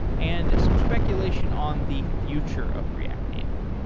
and some speculation on the future of react native.